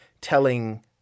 telling